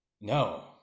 No